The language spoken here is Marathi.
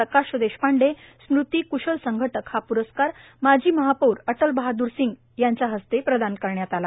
प्रकाश देशपांडे स्मृती क्शल संघटक पुरस्कार माजी महापौर अटलबहादूर सिंग यांच्या हस्ते प्रदान करण्यात आला